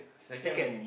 second